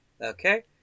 Okay